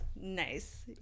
Nice